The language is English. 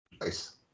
Nice